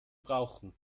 brauchen